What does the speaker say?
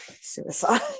suicide